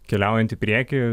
keliaujant į priekį